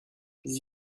les